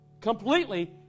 completely